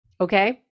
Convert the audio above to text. Okay